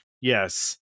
Yes